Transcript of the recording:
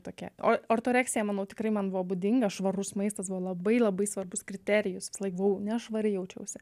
tokia or ortoreksija manau tikrai man buvo būdinga švarus maistas buvo labai labai svarbus kriterijus visąlaik nešvari jaučiausi